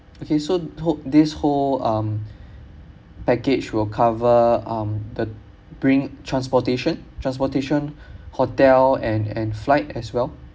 okay so hope this whole um package will cover um the bring transportation transportation hotel and and flight as well